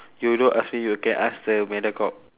you don't ask me you can ask the mediacorp